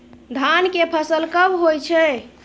धान के फसल कब होय छै?